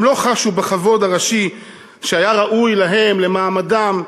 הם לא חשו בכבוד הראשי שהיה ראוי להם, למעמדם.